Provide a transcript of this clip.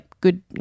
good